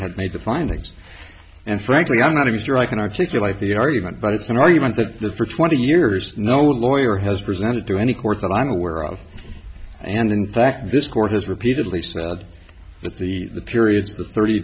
had made the findings and frankly i'm not even sure i can articulate the argument but it's an argument that the for twenty years no lawyer has presented to any court that i'm aware of and in fact this court has repeatedly said that the period the thirty